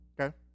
Okay